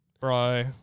Bro